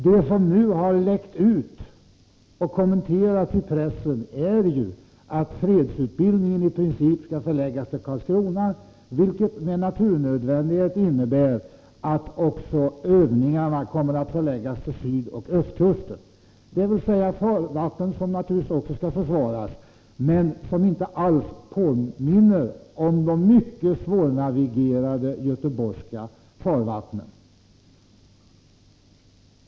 Vad som nu har läckt ut och kommenterats i pressen är ju att fredsutbildningen i princip skall förläggas till Karlskrona, vilket med naturnödvändighet innebär att också övningarna kommer att förläggas till sydoch östkusten, dvs. till farvatten som naturligtvis också skall försvaras men som inte alls påminner om de mycket svårnavigerade göteborgska farvattnen.